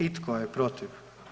I tko je protiv?